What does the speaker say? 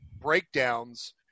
breakdowns